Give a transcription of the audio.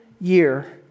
year